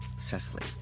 Cecily